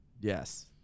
Yes